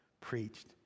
preached